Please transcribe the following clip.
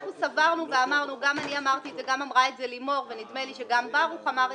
אני רק רוצה שתדעו, חברי הוועדה,